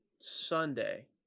Sunday